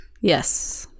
Yes